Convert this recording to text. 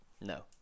No